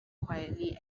quietly